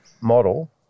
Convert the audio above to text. model